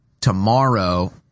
tomorrow